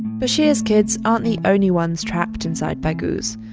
bahir's kids aren't the only ones trapped inside baghouz.